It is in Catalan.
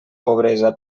pobresa